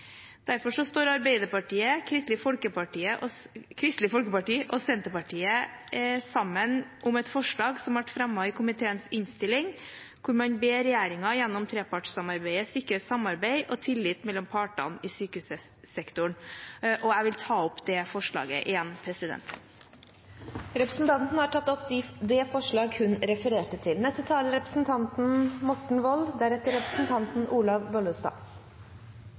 Derfor står Arbeiderpartiet, Kristelig Folkeparti og Senterpartiet sammen om et forslag som ble fremmet i komiteens innstilling, hvor man ber regjeringen «gjennom trepartssamarbeidet sikre samarbeid og tillit mellom partene i sykehussektoren». Jeg vil ta opp det forslaget. Representanten Ingvild Kjerkol har tatt opp det forslaget hun refererte til. La det ikke være noen tvil: Ansatte og deres kompetanse er